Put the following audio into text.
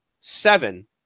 seven